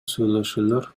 сүйлөшүүлөр